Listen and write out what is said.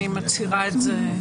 אני מצהירה את זה.